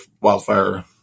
wildfire